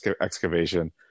excavation